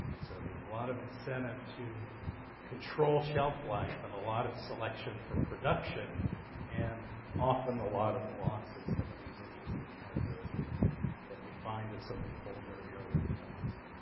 so there's a lot of incentive to control shelf life and a lot of selection for production and often a lot of loss of some of these interesting characteristics that we find in some of the older heirloom types.